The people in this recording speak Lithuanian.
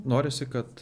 norisi kad